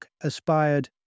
aspired